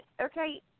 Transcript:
okay